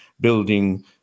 building